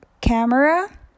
camera